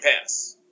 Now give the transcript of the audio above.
pass